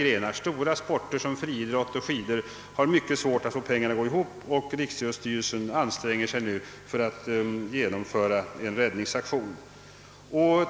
Även stora sporter som friidrotten och skidsporten har svårt att få pengarna att räcka till, och Riksidrottsförbundet anstränger sig nu att företa en räddningsaktion.